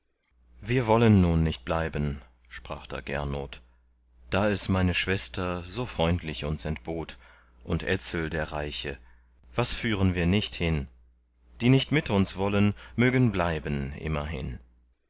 wir wollen nun nicht bleiben sprach da gernot da es meine schwester so freundlich uns entbot und etzel der reiche was führen wir nicht hin die nicht mit uns wollen mögen bleiben immerhin